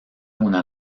una